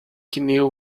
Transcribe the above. knew